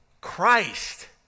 Christ